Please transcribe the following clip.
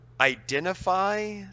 identify